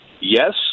Yes